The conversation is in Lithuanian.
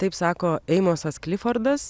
taip sako eimosas klifordas